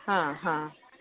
അഹ് അഹ്